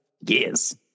Yes